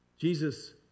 Jesus